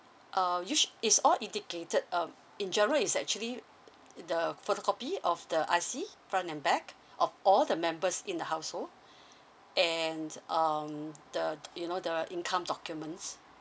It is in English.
err you sh~ it's all indicated um in general is actually the photocopy of the I_C front and back of all the members in the household and um the you know the income documents